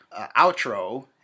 outro